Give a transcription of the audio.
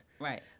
Right